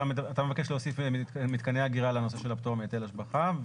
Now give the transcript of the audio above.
אתה מבקש להוסיף מתקני אגירה לנושא של הפטור מהיטל השבחה.